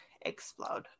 explode